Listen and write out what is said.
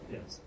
Yes